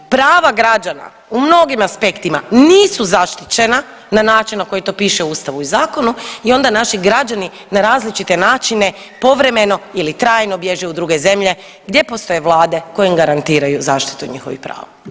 Prava građana u mnogim aspektima nisu zaštićena na način na koji to piše u Ustavu i zakonu i onda naši građani na različite načine povremeno ili trajno bježe u druge zemlje gdje postoje vlade koje im garantiraju zaštitu njihovih prava.